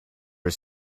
was